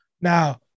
Now